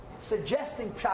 suggesting